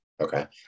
okay